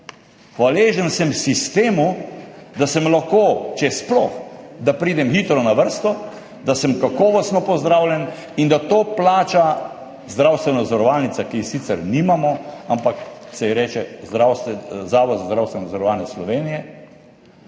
Hvaležen sem sistemu, da sem lahko, če sploh, da pridem hitro na vrsto, da sem kakovostno pozdravljen in da to plača zdravstvena zavarovalnica, ki je sicer nimamo, ampak se ji reče Zavod za zdravstveno zavarovanje Slovenije,